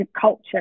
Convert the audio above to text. culture